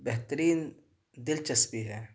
بہترین دلچسپی ہے